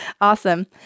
Awesome